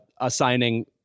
assigning